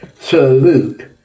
salute